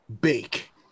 bake